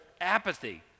apathy